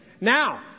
Now